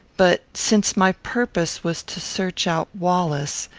but, since my purpose was to search out wallace,